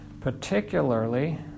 particularly